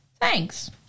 thanks